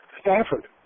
Stanford